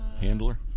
handler